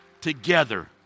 together